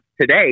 today